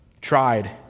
tried